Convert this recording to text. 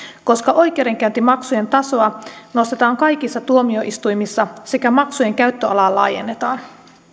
koska oikeudenkäyntimaksujen tasoa nostetaan kaikissa tuomioistuimissa sekä maksujen käyttöalaa laajennetaan